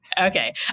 Okay